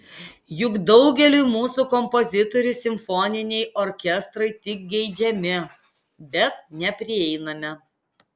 juk daugeliui mūsų kompozitorių simfoniniai orkestrai tik geidžiami bet neprieinami